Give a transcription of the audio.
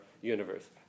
universe